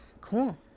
cool